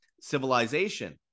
civilization